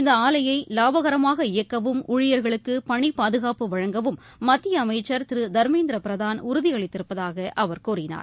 இந்த ஆலையை லாபகரமாக இயக்கவும் ஊழியர்களுக்கு பணிப் பாதுகாப்பு வழங்கவும் மத்திய அமைச்சர் திரு தர்மேந்திர பிரதான் உறுதியளித்திருப்பதாக அவர் கூறினார்